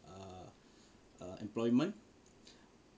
err err employment